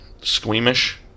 squeamish